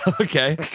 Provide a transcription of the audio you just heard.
Okay